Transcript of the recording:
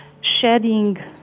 shedding